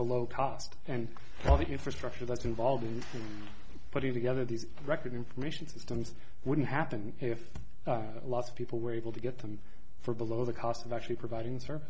below cost and all the infrastructure that's involved in putting together these record information systems wouldn't happen if lots of people were able to get them for below the cost of actually providing s